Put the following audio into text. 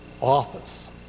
office